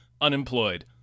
unemployed